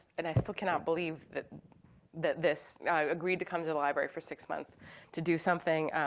and i still cannot believe that that this agreed to come to the library for six months to do something,